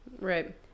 Right